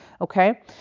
Okay